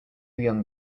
young